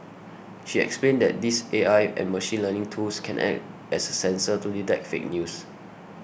she explained that these A I and machine learning tools can act as a sensor to detect fake news